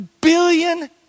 billion